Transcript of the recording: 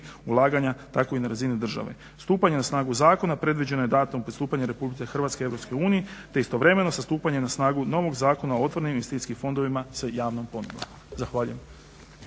ulaganja tako i na razini države. Stupanje na snagu zakona predviđeno je datum pristupanja RH EU te istovremeno za stupanje na snagu novog zakona o otvorenim investicijskim fondovima sa javnom ponudom. Zahvaljujem.